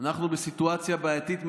אנחנו בסיטואציה בעייתית מאוד,